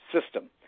system